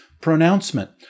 pronouncement